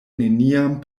neniam